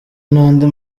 n’andi